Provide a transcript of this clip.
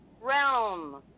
Realm